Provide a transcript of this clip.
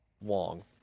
wong